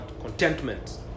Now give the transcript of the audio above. contentment